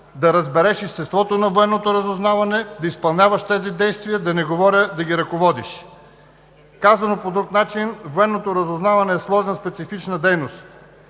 да разбереш естеството на военното разузнаване, да изпълняваш тези действия, да не говоря, да ги ръководиш. Казано по друг начин, военното разузнаване е сложна специфична дейност.